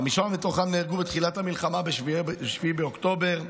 חמישה מתוכם נהרגו בתחילת המלחמה, ב-7 באוקטובר: